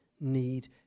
need